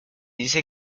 dice